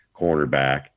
cornerback